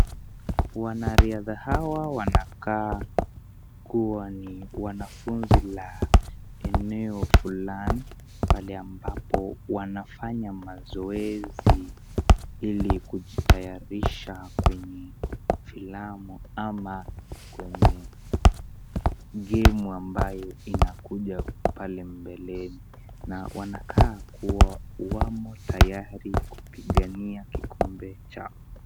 Wanariadha hawa wanakaa kuwa ni wanafunzi la eneo fulani pale ambapo wanafanya mazoezi ili kujitayarisha kwenye filamu ama kwenye gemu ambayo inakuja pale mbeleni, na wanakaa kuwa wamo tayari kupigania kikombe chao.